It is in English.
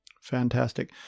Fantastic